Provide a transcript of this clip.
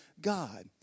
God